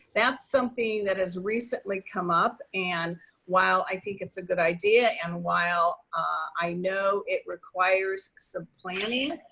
that's something that has recently come up. and while i think it's a good idea, and while i know it requires some planning,